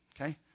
okay